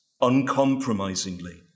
uncompromisingly